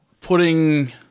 putting